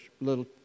little